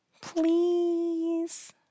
Please